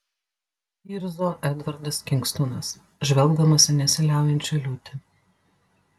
irzo edvardas kingstonas žvelgdamas į nesiliaujančią liūtį